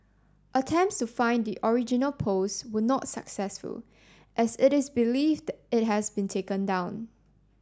attempts to find the original post were not successful as it is believed it has been taken down